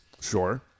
Sure